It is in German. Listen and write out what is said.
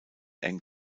eng